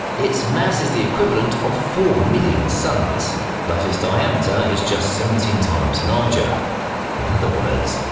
its mass is the equivalent of four million suns but its diameter is just seventeen times larger in other words,